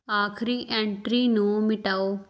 ਆਖਰੀ ਐਂਟਰੀ ਮਿਟਾਓ